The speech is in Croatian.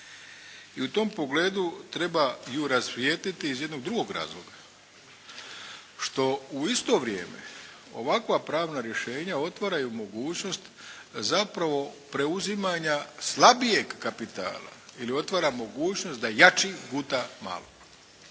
I u tom pogledu treba ju rasvijetliti iz jednog drugog razloga. Što u isto vrijeme ovakva pravna rješenja otvaraju mogućnost zapravo preuzimanja slabijeg kapitala ili otvara mogućnost da jači guta malog.